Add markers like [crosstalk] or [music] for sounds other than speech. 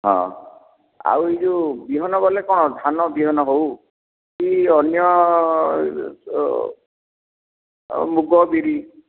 ହଁ ଆଉ ଏଇ ଯେଉଁ ବିହନ ବୋଲେ କ'ଣ ଧାନ ବିହନ ହଉ କି ଅନ୍ୟ [unintelligible] ଆଉ ମୁଗ ବିରି